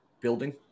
building